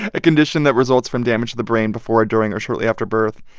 a condition that results from damage to the brain before, during or shortly after birth.